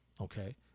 okay